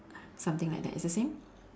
something like that it's the same